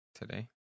today